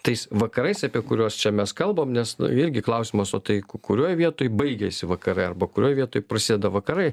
tais vakarais apie kuriuos čia mes kalbam nes vėlgi klausimas o tai kurioj vietoj baigiasi vakarai arba kurioj vietoj prasideda vakarai